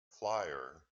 flyer